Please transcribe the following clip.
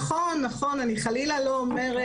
נכון, נכון.